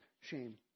shame